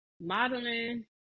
Modeling